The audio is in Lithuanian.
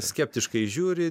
skeptiškai žiūri